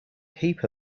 heap